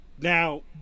Now